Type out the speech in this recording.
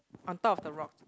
on top of the rock